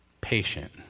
patient